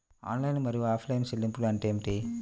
Online మరియు offline చెల్లింపులు అంటే ఏమిటి?